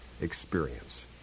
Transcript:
experience